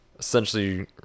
Essentially